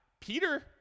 Peter